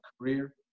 career